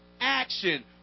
action